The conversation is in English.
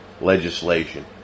legislation